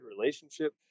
relationship